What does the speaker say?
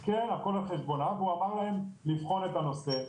כן, הכול על חשבונה והוא אמר להם לבחון את הנושא.